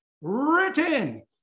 written